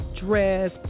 dress